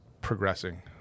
progressing